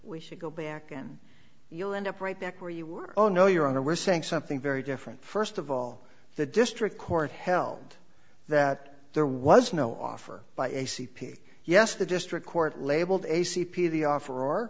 we should go back and you'll end up right back where you were oh no your honor we're saying something very different first of all the district court held that there was no offer by a c p yes the district court labeled a c p the offer